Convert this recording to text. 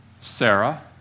Sarah